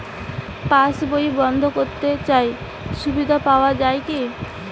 পাশ বই বন্দ করতে চাই সুবিধা পাওয়া যায় কি?